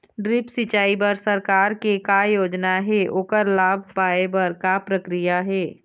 Drip सिचाई बर सरकार के का योजना हे ओकर लाभ पाय बर का प्रक्रिया हे?